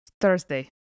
Thursday